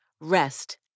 rest